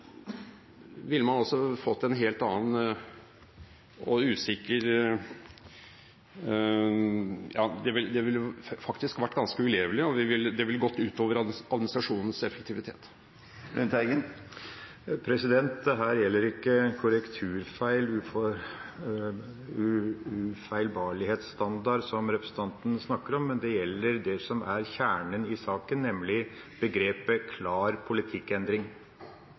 det faktisk vært ganske ulevelig, og det ville gått utover administrasjonens effektivitet. Dette gjelder ikke korrekturfeil, ufeilbarlighetsstandard, som representanten snakker om, det gjelder det som er kjernen i saken, nemlig begrepet «klar politikkendring». Statsråden har hele tida sagt at det var en klar politikkendring